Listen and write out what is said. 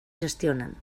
gestionen